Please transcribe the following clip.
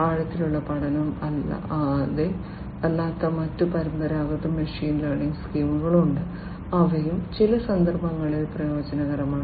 ആഴത്തിലുള്ള പഠനം അല്ലാത്ത മറ്റ് പരമ്പരാഗത മെഷീൻ ലേണിംഗ് സ്കീമുകളുണ്ട് അവയും ചില സന്ദർഭങ്ങളിൽ പ്രയോജനകരമാണ്